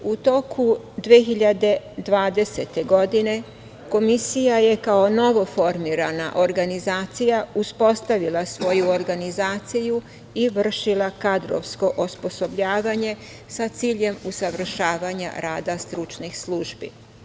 U toku 2020. godine Komisija je kao novoformirana organizacija uspostavila svoju organizaciju i vršila kadrovsko osposobljavanje sa ciljem usavršavanja rada stručnih službi.